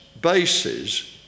bases